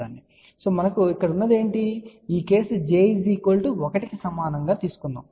కాబట్టి మనకు ఇక్కడ ఉన్నది ఈ కేసు j 1 కి సమానంగా తీసుకోబడింది